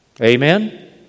Amen